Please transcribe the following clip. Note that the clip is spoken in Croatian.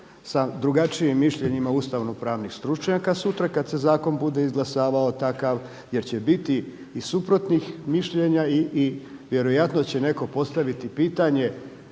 sa drugačijim mišljenjima ustavnopravnih stručnjaka, sutra kada se zakon bude izglasavao takav jer će biti i suprotnih mišljenja i vjerojatno će neko postaviti pitanje